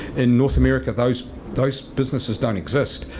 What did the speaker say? in north america those those businesses don't exist.